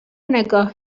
نگاه